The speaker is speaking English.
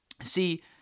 See